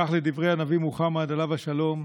כך, לדברי הנביא מוחמד, עליו השלום,